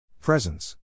Presence